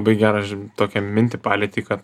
bai gerą ži tokią mintį palietei kad